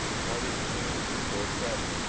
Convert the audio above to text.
parting stems before travis.